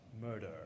murder